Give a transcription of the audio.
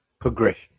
progression